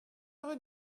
rue